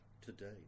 today